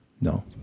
no